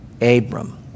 Abram